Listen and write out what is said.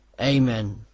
Amen